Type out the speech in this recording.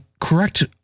correct